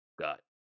got